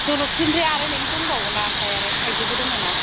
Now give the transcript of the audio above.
जलफिनिफ्राय आरो नै दंबावोना ओमफ्राय आरो थाइजौबो दङना